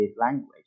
language